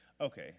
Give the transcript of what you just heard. okay